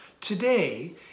Today